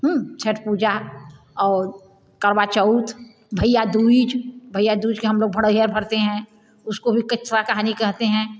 हूं छठ पूजा और करवा चौथ भईया दुइज भईया दुइज को हम लोग भरते हैं उसको भी किस्सा कहानी कहते हैं